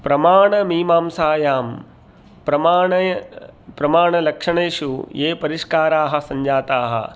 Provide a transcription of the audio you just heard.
प्रमाणमीमांसायां प्रमाणे प्रमाणलक्षणेषु ये परिष्काराः सञ्जाताः